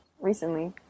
recently